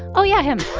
huh? oh, yeah, him